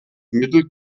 mittel